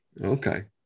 Okay